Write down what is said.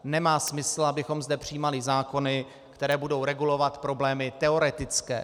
Nemá smysl, abychom zde přijímali zákony, které budou regulovat problémy teoretické.